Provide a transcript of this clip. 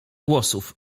głosów